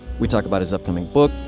we talk about his upcoming book,